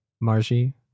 Margie